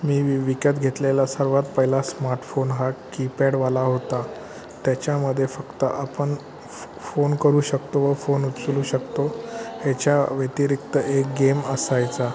मी वि विकत घेतलेला सर्वात पहिला स्माटफोन हा कीपॅडवाला होता त्याच्यामध्ये फक्त आपण फ फोन करू शकतो व फोन उचलू शकतो याच्याव्यतिरिक्त एक गेम असायचा